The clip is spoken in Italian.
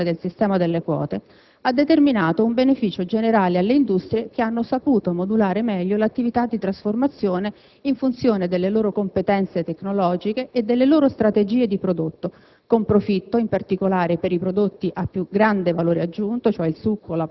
A livello industriale, invece, il risultato principale derivato dalla soppressione del sistema delle quote è consistito in un beneficio generale alle industrie che hanno saputo modulare meglio l'attività di trasformazione in funzione delle loro competenze tecnologiche e delle loro strategie di prodotto,